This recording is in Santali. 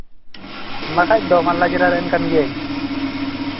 ᱵᱟᱠᱷᱟᱱ ᱫᱚ ᱢᱟᱞᱫᱟ ᱡᱮᱞᱟᱨᱮᱱ ᱠᱟᱱ ᱜᱤᱭᱟᱹᱧ